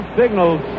signals